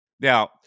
Now